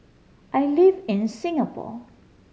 I live in Singapore